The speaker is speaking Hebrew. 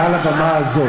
מעל הבמה הזאת,